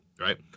right